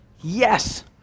Yes